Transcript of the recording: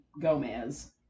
Gomez